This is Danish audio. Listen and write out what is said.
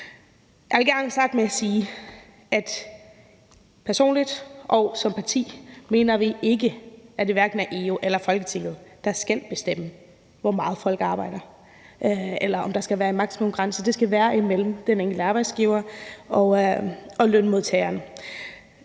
Jeg vil gerne starte med at sige, at personligt og som parti mener vi ikke, at det er EU eller Folketinget, der skal bestemme, hvor meget folk arbejder, eller om der skal være en maksimumgrænse. Det skal være imellem den enkelte arbejdsgiver og lønmodtageren.